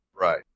Right